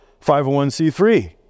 501c3